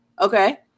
okay